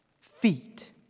feet